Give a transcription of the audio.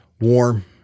warm